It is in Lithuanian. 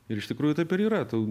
ir iš tikrųjų taip ir yra tu